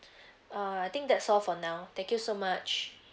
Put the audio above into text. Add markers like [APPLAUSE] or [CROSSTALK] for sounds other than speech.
[BREATH] err I think that's all for now thank you so much